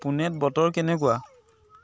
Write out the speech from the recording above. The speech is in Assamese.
পুনেত বতৰ কেনেকুৱা